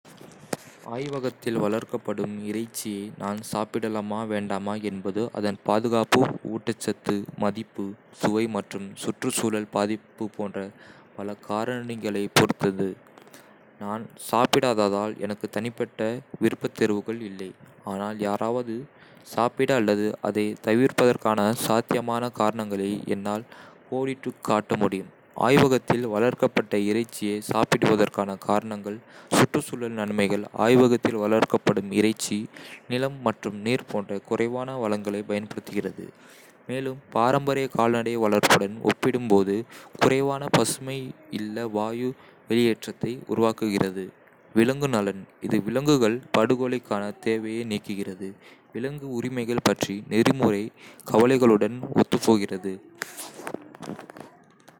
ஆய்வகத்தில் வளர்க்கப்படும் இறைச்சியை நான் சாப்பிடலாமா வேண்டாமா என்பது அதன் பாதுகாப்பு, ஊட்டச்சத்து மதிப்பு, சுவை மற்றும் சுற்றுச்சூழல் பாதிப்பு போன்ற பல காரணிகளைப் பொறுத்தது. நான் சாப்பிடாததால், எனக்கு தனிப்பட்ட விருப்பத்தேர்வுகள் இல்லை, ஆனால் யாராவது சாப்பிட அல்லது அதைத் தவிர்ப்பதற்கான சாத்தியமான காரணங்களை என்னால் கோடிட்டுக் காட்ட முடியும்: ஆய்வகத்தில் வளர்க்கப்பட்ட இறைச்சியை சாப்பிடுவதற்கான காரணங்கள்: சுற்றுச்சூழல் நன்மைகள்: ஆய்வகத்தில் வளர்க்கப்படும் இறைச்சி நிலம் மற்றும் நீர் போன்ற குறைவான வளங்களைப் பயன்படுத்துகிறது, மேலும் பாரம்பரிய கால்நடை வளர்ப்புடன் ஒப்பிடும்போது குறைவான பசுமை இல்ல வாயு வெளியேற்றத்தை உருவாக்குகிறது. விலங்கு நலன்: இது விலங்குகள் படுகொலைக்கான தேவையை நீக்குகிறது, விலங்கு உரிமைகள் பற்றிய நெறிமுறைக் கவலைகளுடன் ஒத்துப்போகிறது.